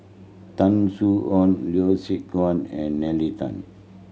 Tan Soo Khoon Yeo Siak Goon and Nalla Tan